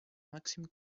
màxim